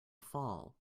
fall